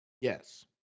Yes